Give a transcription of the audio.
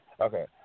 Okay